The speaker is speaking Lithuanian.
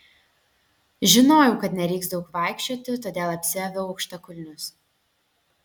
žinojau kad nereiks daug vaikščioti todėl apsiaviau aukštakulnius